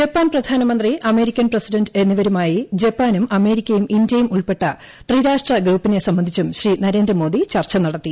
Japan പ്രധാനമന്ത്രി American president എന്നിവരുമായി ജപ്പാനും അമേരിക്കയും ഇന്ത്യയും ഉൾപ്പെട്ട ത്രിരാഷ്ട്ര ഗ്രൂപ്പിനെ സംബന്ധിച്ചും ശ്രീ നരേന്ദ്രമോദി ചർച്ച നടത്തി